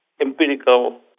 empirical